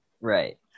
Right